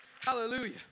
Hallelujah